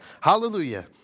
Hallelujah